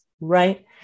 Right